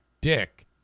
dick